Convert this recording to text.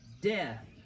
death